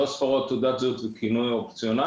שלוש ספרות של תעודת הזהות וכינוי אופציונלי,